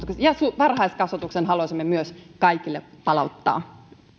asteen koulutuksen varhaiskasvatuksen haluaisimme myös kaikille palauttaa